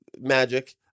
Magic